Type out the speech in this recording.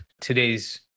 today's